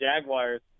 Jaguars